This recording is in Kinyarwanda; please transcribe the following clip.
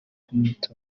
kumuta